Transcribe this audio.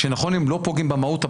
שנכון הם לא פוגעים במהות,